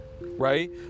right